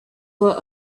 were